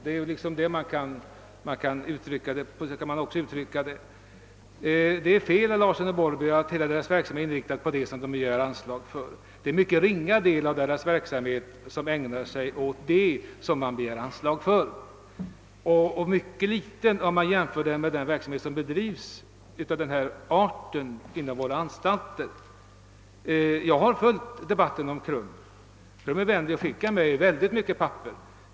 På så sätt kan man uttrycka det. Det är fel, herr Larsson i Borrby, att påstå att hela KRUM:s verksamhet är inriktad på det som man begär anslag för. En mycket ringa del av verksamheten avser det som man begär anslag för och den delen är synnerligen liten jämfört med den verksamhet av den här arten som över huvud taget bedrivs inom våra anstalter. Jag har följt debatten om KRUM, som har vänligheten att skicka mig väldigt mycket papper.